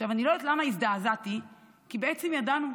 אני לא יודעת למה הזדעזעתי, כי בעצם ידענו,